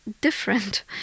different